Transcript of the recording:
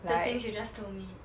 the things you just told me